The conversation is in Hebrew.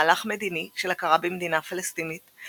מהלך מדיני של הכרה במדינה פלסטינית,